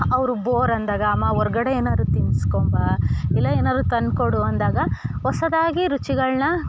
ಅವರು ಬೋರ್ ಅಂದಾಗ ಅಮ್ಮ ಹೊರ್ಗಡೆ ಏನಾರು ತಿನ್ನಿಸ್ಕೊಬಾ ಇಲ್ಲ ಏನಾರು ತಂದುಕೊಡು ಅಂದಾಗ ಹೊಸದಾಗಿ ರುಚಿಗಳನ್ನ